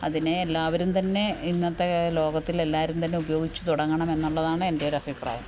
അതിനെ എല്ലാവരും തന്നെ ഇന്നത്തെ ലോകത്തിൽ എല്ലാവരും തന്നെ ഉപയോഗിച്ചു തുടങ്ങണമെന്നുള്ളതാണ് എൻ്റെ ഒരു അഭിപ്രായം